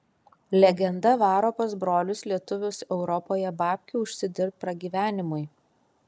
legenda varo pas brolius lietuvius europoje babkių užsidirbt pragyvenimui